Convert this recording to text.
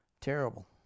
Terrible